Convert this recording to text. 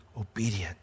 obedient